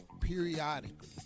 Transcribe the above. periodically